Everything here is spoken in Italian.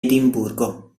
edimburgo